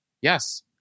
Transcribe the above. Yes